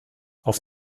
auf